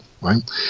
right